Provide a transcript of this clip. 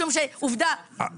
משום שעובדה,